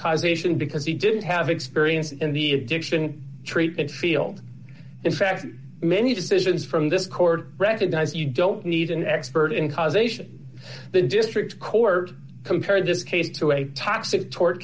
causation because he didn't have experience in the addiction treatment field in fact many decisions from this court recognize you don't need an expert in causation the district court compared this case to a toxic to